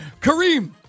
Kareem